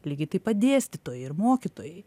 lygiai taip pat dėstytojai ir mokytojai